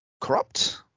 corrupt